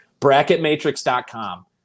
bracketmatrix.com